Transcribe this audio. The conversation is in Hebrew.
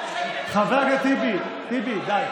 חבר הכנסת טיבי, טיבי, די.